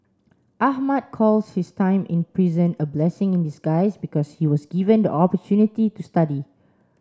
Ahmad calls his time in prison a blessing in disguise because he was given the opportunity to study